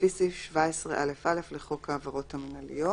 לפי סעיף 17א(א) לחוק העבירות המינהליות.